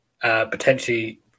potentially